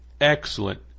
excellent